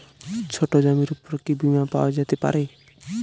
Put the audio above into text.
ছোট জমির উপর কি বীমা পাওয়া যেতে পারে?